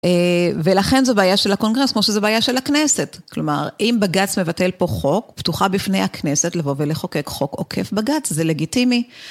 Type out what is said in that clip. ולכן זו בעיה של הקונגרס, כמו שזו בעיה של הכנסת. כלומר, אם בג״ץ מבטל פה חוק, פתוחה בפני הכנסת לבוא ולחוקק חוק עוקף בג״ץ, זה לגיטימי.